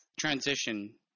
transition